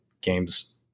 games